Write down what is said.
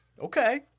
Okay